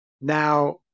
Now